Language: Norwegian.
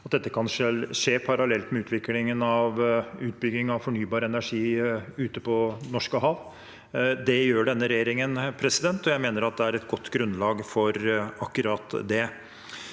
dette kan skje parallelt med utbygging av fornybar energi på norske hav. Det gjør denne regjeringen, og jeg mener at det er et godt grunnlag for akkurat det.